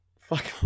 Fuck